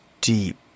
deep